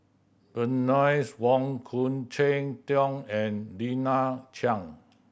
Bernice Wong Khoo Cheng Tiong and Lina Chiam